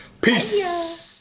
peace